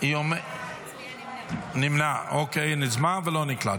היא נמנעה, וזה לא נקלט.